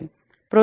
project वाचतो